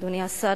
אדוני השר,